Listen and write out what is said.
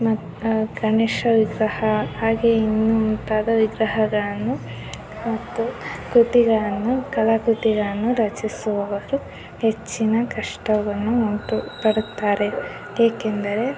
ಮತ್ತ್ ಆ ಗಣೇಶ ವಿಗ್ರಹ ಹಾಗೇ ಇನ್ನೂ ಮುಂತಾದ ವಿಗ್ರಹಗಳನ್ನು ಮತ್ತು ಕೃತಿಗಳನ್ನು ಕಲಾಕೃತಿಗಳನ್ನು ರಚಿಸುವವರು ಹೆಚ್ಚಿನ ಕಷ್ಟವನ್ನು ಉಂಟು ಪಡುತ್ತಾರೆ ಏಕೆಂದರೆ